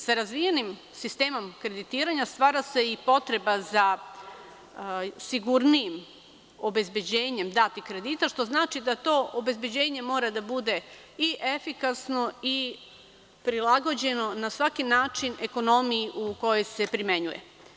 Sa razvijenim sistemom kreditiranja stvara se i potreba za sigurnijim obezbeđenjem datih kredita, što znači da to obezbeđenje mora da bude i efikasno i prilagođeno na svaki način ekonomiji u kojoj se primenjuje.